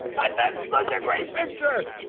ah that's like a great picture,